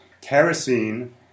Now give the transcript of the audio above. kerosene